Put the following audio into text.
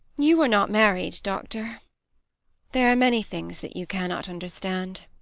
you are not married, doctor there are many things that you cannot understand.